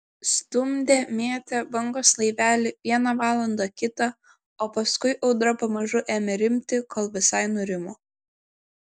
stumdė mėtė bangos laivelį vieną valandą kitą o paskui audra pamažu ėmė rimti kol visai nurimo